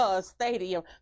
stadium